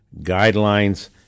guidelines